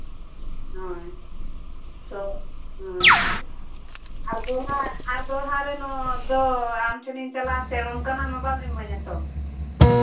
ᱦᱳᱭ ᱥᱚ ᱦᱳᱭ ᱟᱫᱚ ᱦᱟᱸᱜ ᱟᱨ ᱫᱚᱦᱲᱟ ᱨᱮᱫᱚ ᱟᱢ ᱴᱷᱮᱱᱤᱧ ᱪᱟᱞᱟᱜ ᱟᱥᱮ ᱚᱱᱠᱟᱱᱟᱜ ᱢᱟ ᱵᱟᱢ ᱤᱢᱟᱹᱧᱟᱹ ᱛᱚ